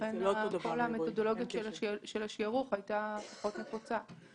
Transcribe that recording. לכן כל המתודולוגיה של השערוך הייתה פחות נפוצה.